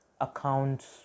accounts